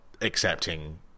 accepting